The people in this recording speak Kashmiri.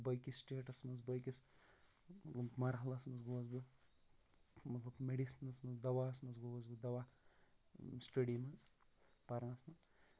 بٲقی سِٹیٹس منٛز بٲقِس مطلب مرحلَس منٛز گوٚوس بہٕ مطلب میڈِسنس منٛز مطلب دواہس منٛز گووس بہٕ دوا سٔٹَڈی منٛز پَرنس منٛز